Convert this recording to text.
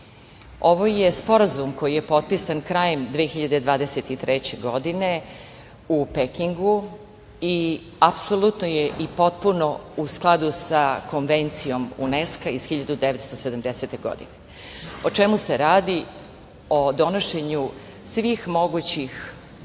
Ovo je sporazum koji je potpisan krajem 2023. godine u Pekingu i apsolutno je i potpuno u skladu sa Konvencijom UNESKO iz 1970. godine.O čemu se radi? Radi se o donošenju svih mogućih akata